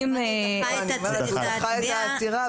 את העתירה